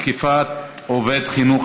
תקיפת עובד חינוך),